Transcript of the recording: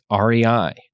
REI